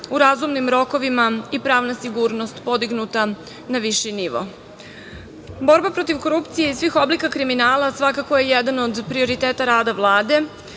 u razumnim rokovima i pravna sigurnost podignuta na viši nivo. Borba protiv korupcije i svih oblika kriminala svakako je jedan od prioriteta rada Vlade.